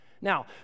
Now